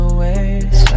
ways